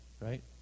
right